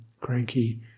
cranky